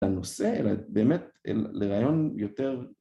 ‫הנושא באמת לרעיון יותר...